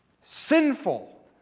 sinful